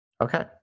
Okay